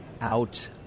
out